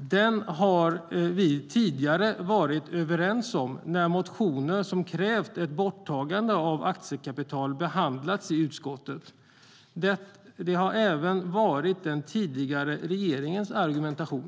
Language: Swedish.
Den har vi tidigare varit överens om när motioner som krävt ett borttagande av aktiekapital behandlats i utskottet. Det var även den tidigare regeringens argumentation.